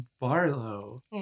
Barlow